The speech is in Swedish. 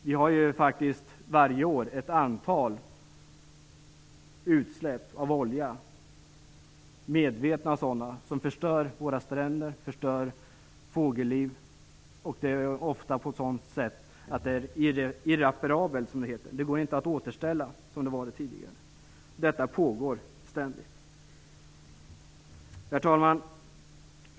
Vi har ju faktiskt varje år ett antal medvetna utsläpp av olja som förstör våra stränder och fågellivet, ofta på ett sådant sätt att det är irreparabelt - det går inte att återställa. Detta pågår ständigt. Herr talman!